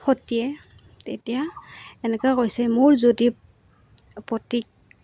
সতীয়ে তেতিয়া এনেকৈ কৈছে মোৰ যদি পতিক